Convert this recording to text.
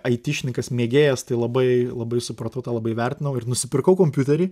aitišnikas mėgėjas tai labai labai supratau tą labai vertinau ir nusipirkau kompiuterį